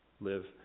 live